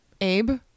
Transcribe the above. Abe